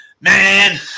Man